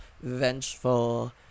vengeful